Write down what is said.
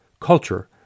culture